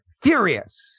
furious